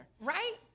right